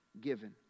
given